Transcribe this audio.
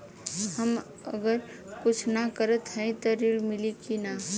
हम अगर कुछ न करत हई त ऋण मिली कि ना?